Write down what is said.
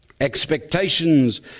expectations